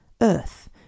earth